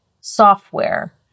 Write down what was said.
software